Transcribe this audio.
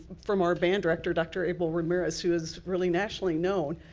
from our band director, doctor abel ramirez, who is really nationally known.